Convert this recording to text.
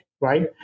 right